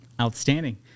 Outstanding